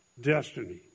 destiny